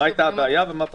מה הייתה הבעיה ומה פתרנו?